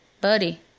Buddy